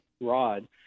rod